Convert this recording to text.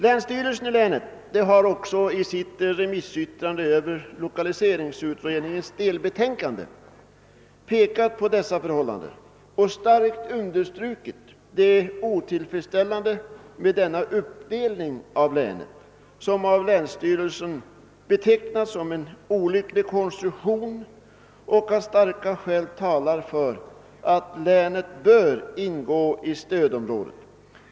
Länsstyrelsen i Gävleborgs län har också i sitt remissyttrande över iokaliseringsutredningens delbetänkande pekat på dessa förhållanden och starkt understrukit det otillfredsställande i uppdelningen av länet, som av länsstyrelsen betecknas som en olycklig konstruktion. Länsstyrelsen har menat att starka skäl talar för att hela länet bör ingå i stödområdet.